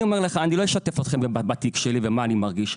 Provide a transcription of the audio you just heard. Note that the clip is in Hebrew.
אני לא אשתף אתכם בתיק שלי ומה אני מרגיש.